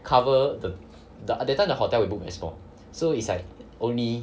cover the the that time the hotel we book is for so is like only